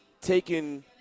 taking